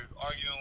arguing